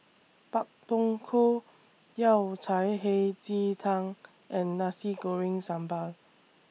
Pak Thong Ko Yao Cai Hei Ji Tang and Nasi Goreng Sambal